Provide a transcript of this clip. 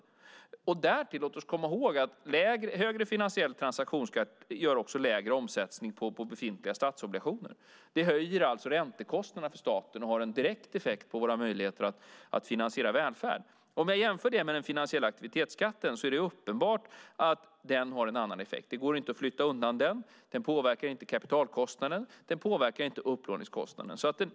Låt oss därtill komma ihåg att en högre finansiell transaktionsskatt också ger en lägre omsättning på befintliga statsobligationer. Det höjer alltså räntekostnaderna för staten och har en direkt effekt på våra möjligheter att finansiera välfärd. Om jag jämför det med den finansiella aktivitetsskatten är det uppenbart att den har en annan effekt. Det går inte att flytta undan den, den påverkar inte kapitalkostnaden, och den påverkar inte upplåningskostnaden.